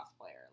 player